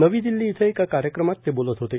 नवी दिल्ली इथं एका कार्यक्रमात ते बोलत होते